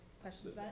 questions